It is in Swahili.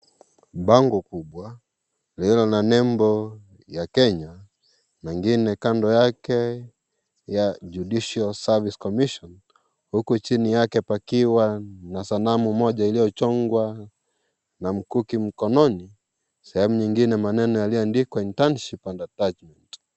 Bango kubwa lililo na nembo ya Kenya, na nyingine kando yake ya Judicial Service Commission, huku chini yake pakiwa na sanamu moja iliyochongwa na mkuki mkononi, sehemu nyingine yaliyo andikwa internship and attachment .